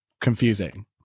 confusing